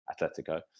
Atletico